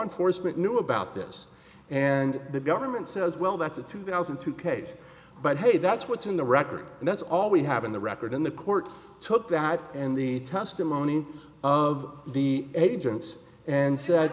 enforcement knew about this and the government says well that's a two thousand and two case but hey that's what's in the record and that's all we have in the record in the court took that in the testimony of the agents and said